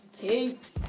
Peace